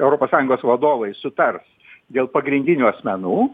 europos sąjungos vadovai sutars dėl pagrindinių asmenų